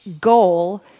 goal